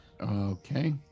Okay